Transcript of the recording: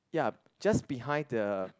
ya just behind the